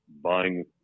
buying